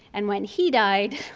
and when he died,